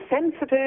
sensitive